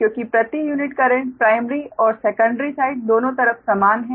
क्योंकि प्रति unit current primary और सेकंडरी साइड दोनों तरफ समान हैं